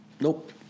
Nope